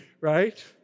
right